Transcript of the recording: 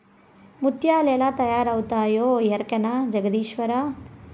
ముత్యాలు ఎలా తయారవుతాయో ఎరకనా జగదీశ్వరా